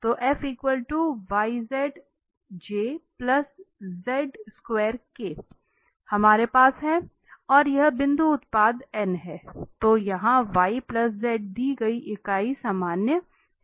तो तो हमारे पास है और यह बिंदु उत्पाद है जो यहां दी गई इकाई सामान्य है